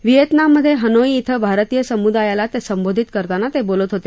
व्हिएतनाममध्ये Hanoi इथं भारतीय समुदायाला संबोधित करताना ते बोलत होते